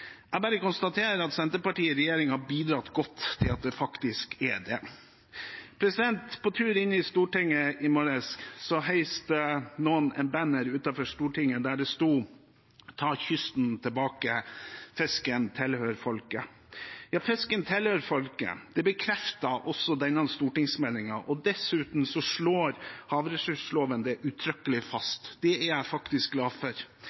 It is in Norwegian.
Jeg bare konstaterer at Senterpartiet i regjering har bidratt godt til at det faktisk er det. På tur inn i Stortinget i morges heiste noen et banner utenfor Stortinget der det sto: Ta kysten tilbake – fisken tilhører folket. Ja, fisken tilhører folket, det bekrefter også denne stortingsmeldingen, og dessuten slår havressursloven det uttrykkelig fast. Det er jeg faktisk glad for.